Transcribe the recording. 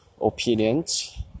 opinions